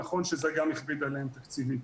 נכון שזה גם הכביד עליהם תקציבית.